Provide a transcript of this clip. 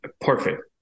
perfect